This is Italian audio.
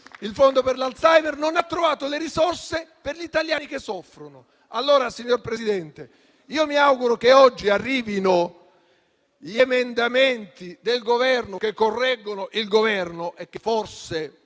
e le demenze; insomma non ha trovato le risorse per gli italiani che soffrono. Allora, signor Presidente, io mi auguro che oggi arrivino gli emendamenti del Governo che correggono il Governo e che forse